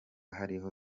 hariho